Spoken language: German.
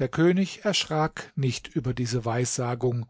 der könig erschrak nicht über diese weissagung